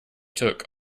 took